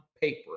paper